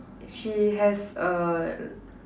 she has a